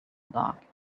dark